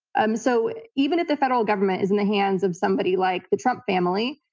um so even if the federal government is in the hands of somebody like the trump family,